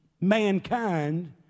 mankind